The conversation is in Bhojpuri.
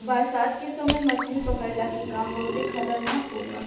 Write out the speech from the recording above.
बरसात के समय मछली पकड़ला के काम बहुते खतरनाक होला